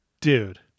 dude